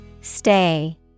stay